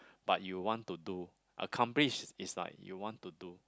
but you want to do accomplish is like you want to do